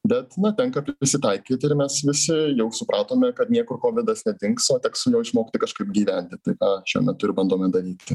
bet na tenka prisitaikyt ir mes visi jau supratome kad niekur kovidas nedings o teks išmokti kažkaip gyventi tai tą šiuo metu ir bandome daryti